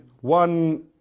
one